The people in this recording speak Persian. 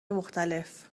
مختلف